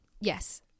Yes